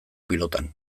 pilotan